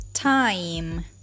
Time